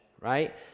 right